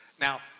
Now